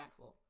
impactful